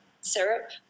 syrup